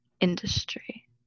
industry